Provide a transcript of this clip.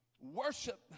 worship